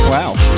Wow